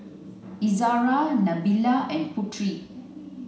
Izara Nabila and Putri